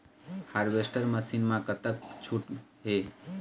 Harvester machine मा कतका छूट हे?